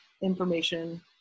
information